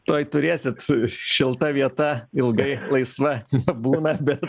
tuoj turėsit šilta vieta ilgai laisva nebūna bet